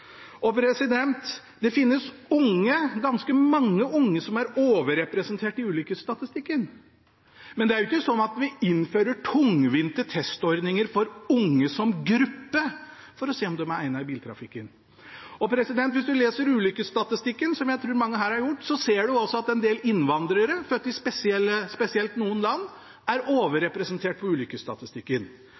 Det finnes unge, ganske mange unge, som er overrepresentert i ulykkesstatistikken, men det er jo ikke sånn at vi innfører tungvinte testordninger for unge som gruppe for å se om de er egnet i biltrafikken. Hvis en leser ulykkesstatistikken, som jeg tror mange her har gjort, ser en også at en del innvandrere, født i spesielt noen land, er overrepresentert på